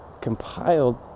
compiled